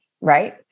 right